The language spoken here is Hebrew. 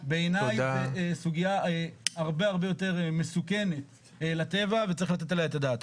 בעיניי זה סוגייה הרבה הרבה יותר מסוכנת לטבע וצריך לתת עליה את הדעת.